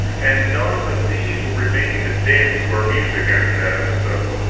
and none but these will remain to dance to our music after that episode.